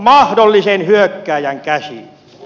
mahdollisen hyökkääjän käsiin